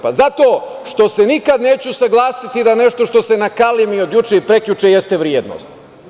Pa, zato što se nikad neću usaglasiti da nešto što se nakalemi od juče i prekjuče jeste vrednost.